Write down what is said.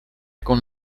con